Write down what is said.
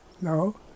No